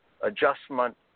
adjustment